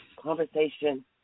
conversation